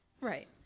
Right